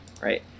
Right